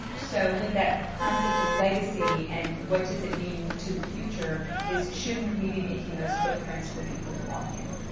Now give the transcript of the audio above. so with that concept of legacy and what does it mean to the future is shouldn't we be making those footprints for people to walk in.